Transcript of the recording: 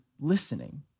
listening